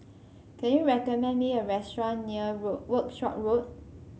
can you recommend me a restaurant near Work Workshop Road